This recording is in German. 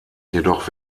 jedoch